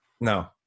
No